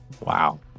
Wow